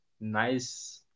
nice